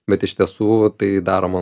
bet iš tiesų tai daroma